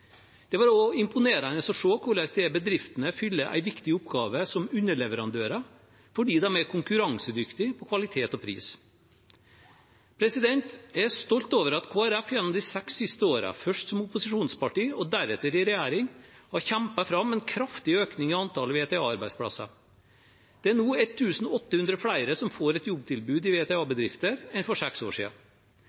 Det var også imponerende å se hvordan disse bedriftene fyller en viktig oppgave som underleverandører fordi de er konkurransedyktige på kvalitet og pris. Jeg er stolt over at Kristelig Folkeparti gjennom de seks siste årene, først som opposisjonsparti og deretter i regjering, har kjempet fram en kraftig økning i antall VTA-arbeidsplasser. Det er nå 1 800 flere som får et jobbtilbud i VTA-bedrifter enn for seks år